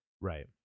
Right